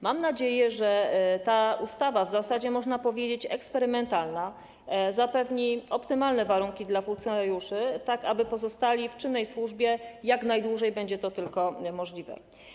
Mam nadzieję, że ta ustawa, w zasadzie można powiedzieć: eksperymentalna, zapewni optymalne warunki dla funkcjonariuszy, tak aby pozostali w czynnej służbie jak najdłużej będzie to tylko możliwe.